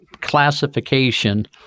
classification